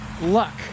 luck